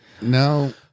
No